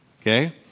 okay